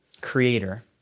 creator